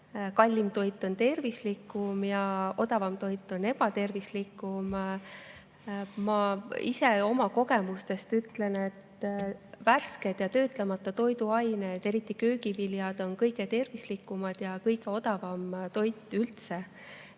kallim toit on tervislikum ja odavam toit on ebatervislikum. Ma ise oma kogemuste põhjal ütlen, et värsked ja töötlemata toiduained, eriti köögiviljad, on kõige tervislikumad ja kõige odavam toit üldse.